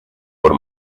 por